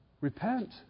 Repent